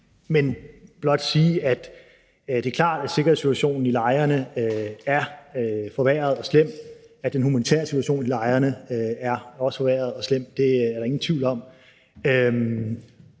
men blot sige, at det er klart, at sikkerhedssituationen i lejrene er forværret og slem, og at den humanitære situation i lejrene også er forværret og slem, det er der ingen tvivl om,